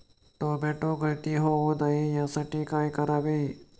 Tomato गळती होऊ नये यासाठी काय करावे?